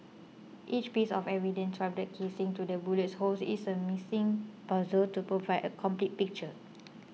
each piece of evidence from the casings to the bullet holes is a missing puzzle to provide a complete picture